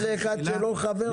תנו עליהם את הדגש,